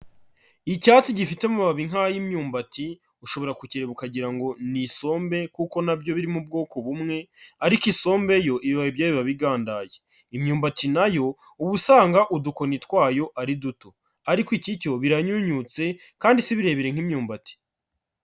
Icyatsi gifite amababi nk'ay'imyumbati, ushobora kukireba ukagira ngo ni isombe kuko na byo biri mu ubwoko bumwe ariko isombe yo ibibabi byayo biba bigandaye. Imyumbati na yo, ubu usanga udukoni twayo ari duto. Ariko iki cyo biranyunyutse kandi si birebire nk'imyumbati.